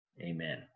amen